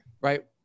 right